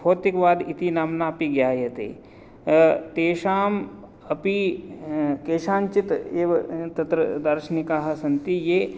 भौतिकवादः इति नाम्ना अपि ज्ञायते तेषाम् अपि केषाञ्चित् एव तत्र दार्शनिकाः सन्ति ये